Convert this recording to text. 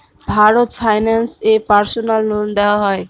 Bharat finance এ personal loan দেওয়া হয়?